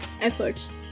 Efforts